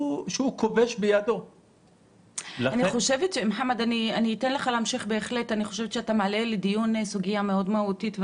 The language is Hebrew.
אני חושבת שאתה מעלה לדיון סוגיה מאוד מהותית,